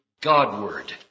Godward